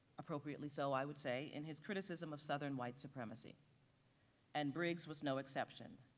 appropriately so i would say in his criticism of southern white supremacy and briggs was no exception.